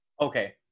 Okay